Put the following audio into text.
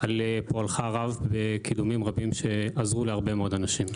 על פועלך הרב וקידומים רבים שעזרו להרבה מאוד אנשים.